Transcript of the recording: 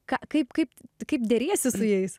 ką kaip kaip kaip deriesi su jais